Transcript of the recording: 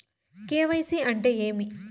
KYC అంటే ఏమి?